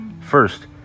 First